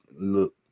look